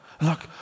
Look